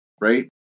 right